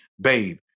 babe